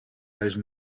those